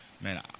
man